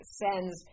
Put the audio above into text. sends